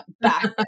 back